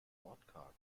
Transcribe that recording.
wortkarg